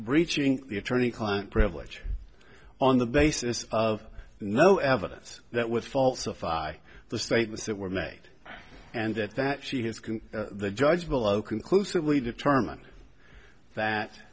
breaching the attorney client privilege on the basis of no evidence that would falsify the statements that were made and that that she has been the judge below conclusively determine that